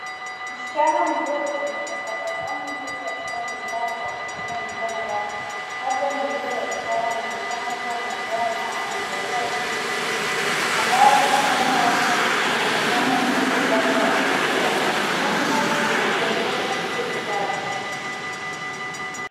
Msichana mdogo mwenye tabasamu nzuri akifanya ishara kwa kutumia mikono yake, labda ni lugha ya ishara. Anaonekana kuwa na furaha na anaangalia mtu mwengine ambaye mikono yake inaonekana kidogo upande wa kulia huku akionyesha pia ishara.